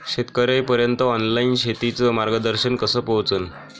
शेतकर्याइपर्यंत ऑनलाईन शेतीचं मार्गदर्शन कस पोहोचन?